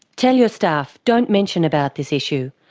tell your staff, don't mention about this issue,